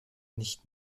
nicht